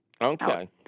Okay